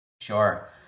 Sure